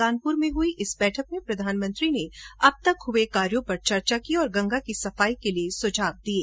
कानपुर में हुई इस बैठक में प्रधानमंत्री ने अब तक हुए कार्यो पर चर्चा की और गंगा की सफाई के लिए सुझाव दिये